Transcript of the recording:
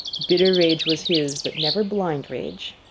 bitter rage was his, but never blind rage.